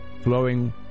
flowing